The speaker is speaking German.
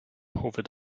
howitt